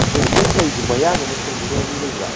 ꯀꯩꯅꯣ ꯃꯣꯏ ꯀꯩꯁꯦ ꯃꯌꯥꯒꯨꯝꯕ ꯁꯦꯡꯕꯤꯅꯕ ꯃꯤ ꯂꯩꯕ꯭ꯔꯥ